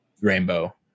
rainbow